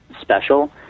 special